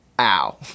Ow